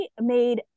made